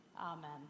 amen